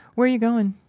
where you goin'?